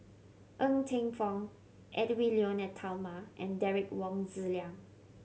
Ng Teng Fong Edwy Lyonet Talma and Derek Wong Zi Liang